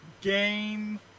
Game